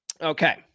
Okay